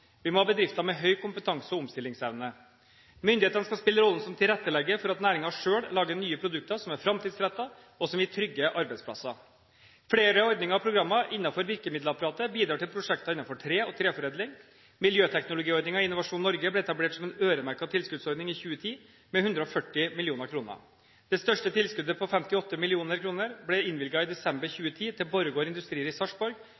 Vi må ha bedrifter med høy kompetanse og omstillingsevne. Myndighetene skal spille rollen som tilrettelegger for at næringen selv lager nye produkter som er framtidsrettede, og som gir trygge arbeidsplasser. Flere ordninger og programmer innenfor virkemiddelapparatet bidrar til prosjekter innenfor tre og treforedling. Miljøteknologiordningen i Innovasjon Norge ble etablert som en øremerket tilskuddsordning i 2010 med 140 mill. kr. Det største tilskuddet, på 58 mill. kr, ble innvilget i desember 2010 til Borregaard Industrier i Sarpsborg,